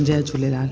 Jay Jhulelal